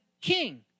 king